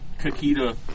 Kakita